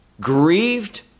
grieved